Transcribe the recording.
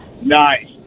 Nice